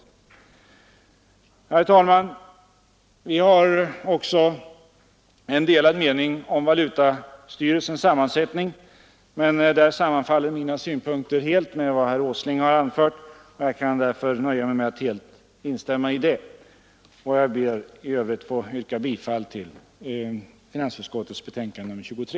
Herr talman! I vad gäller valutastyrelsens sammansättning, sammanfaller mina synpunkter helt med vad herr Åsling anfört, och jag kan därför nöja mig med att instämma i vad han sagt. Jag ber i övrigt att få yrka bifall till finansutskottets hemställan i betänkandet nr 23.